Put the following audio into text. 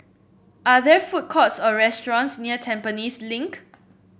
are there food courts or restaurants near Tampines Link